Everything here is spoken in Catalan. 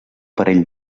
parell